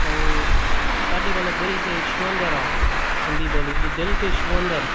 ऐं ॾाढी माना दिलि खे छुअंदड़ु आहे सिंधी ॿोली दिलि खे छुअंदड़ु